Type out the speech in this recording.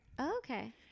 okay